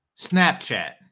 Snapchat